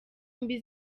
mbi